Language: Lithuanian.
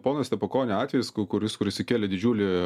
pono stepukonio atvejis ku kuris kuris sukėlė didžiulį